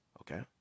Okay